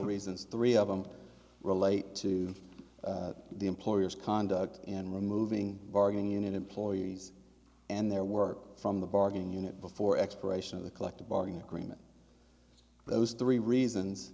reasons three of them relate to the employer's conduct in removing bargaining unit employees and their work from the bargaining unit before expiration of the collective bargaining agreement those three reasons